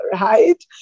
right